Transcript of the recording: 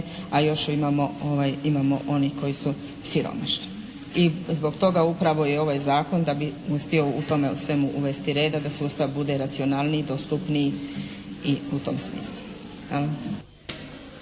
a još imamo onih koji su siromašni. I zbog toga upravo je ovaj zakon da bi uspio u tome svemu uvesti reda, da sustav bude racionalniji, dostupniji i u tom smislu.